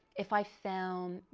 if i film,